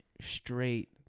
straight